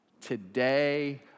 today